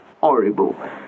horrible